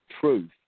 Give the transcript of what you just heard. truth